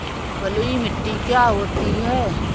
बलुइ मिट्टी क्या होती हैं?